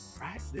Right